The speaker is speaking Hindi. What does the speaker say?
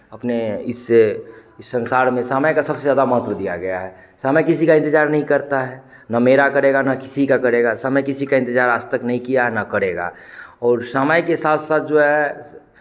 अपने इस इस संसार में समय का सबसे ज़्यादा महत्व दिया गया है समय किसी का इंतज़ार नहीं करता है ना मेरा करेगा ना किसी का करेगा समय किसी का इंतजार आज तक नहीं किया है ना करेगा और समय के साथ साथ जो है